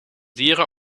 dieren